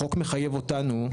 החוק מחייב אותנו,